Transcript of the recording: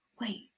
wait